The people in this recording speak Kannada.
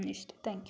ಇಷ್ಟೆ ತ್ಯಾಂಕ್ ಯು